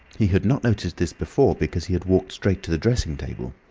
he had not noticed this before because he had walked straight to the dressing-table.